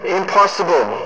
impossible